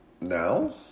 now